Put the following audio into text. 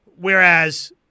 whereas